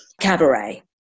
cabaret